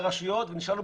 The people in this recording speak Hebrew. אנחנו אוספים כל הזמן,